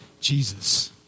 Jesus